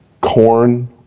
Corn